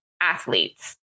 athletes